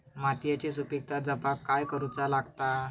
मातीयेची सुपीकता जपाक काय करूचा लागता?